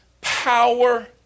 power